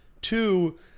Two